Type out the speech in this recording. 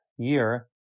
Year